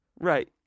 Right